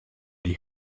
die